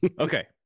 Okay